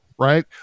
Right